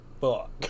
fuck